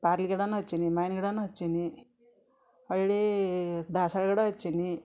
ಪ್ಯಾರ್ಲಿ ಗಿಡನೂ ಹಚ್ಚೀನಿ ಮಾವಿನ ಗಿಡನೂ ಹಚ್ಚೀನಿ ಹೊಳ್ಳಿ ದಾಸ್ವಾಳ ಗಿಡ ಹಚ್ಚೀನಿ